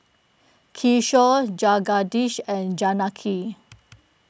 Kishore Jagadish and Janaki